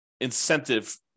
incentive